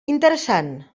interessant